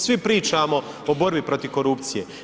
Svi pričamo o borbi protiv korupcije.